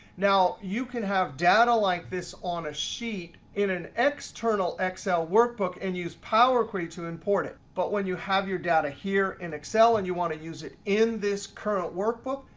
now, you can have data like this on a sheet in an external excel workbook and use power query to import it. but when you have your data here in excel and you want to use it in this current workbook,